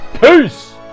peace